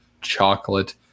chocolate